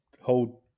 hold